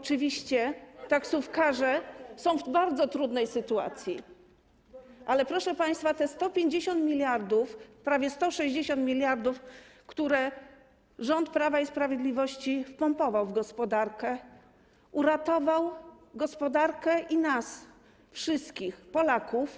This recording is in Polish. Oczywiście taksówkarze są w bardzo trudnej sytuacji, ale proszę państwa, te 150 mld, prawie 160 mld, które rząd Prawa i Sprawiedliwości wpompował w gospodarkę, uratowało gospodarkę i nas wszystkich, Polaków.